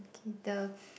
okay the